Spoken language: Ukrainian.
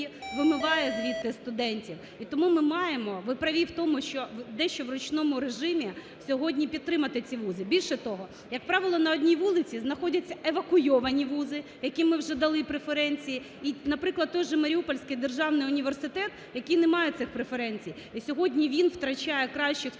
вимиває звідти студентів. І тому ми маємо, ви праві в тому, що дещо в ручному режимі сьогодні підтримати ці вузи. Більше того, як правило, на одній вулиці знаходяться евакуйовані вузи, яким ми вже дали преференції, і наприклад, той же Маріупольський державний університет, який не має цих преференцій. І сьогодні він втрачає кращих студентів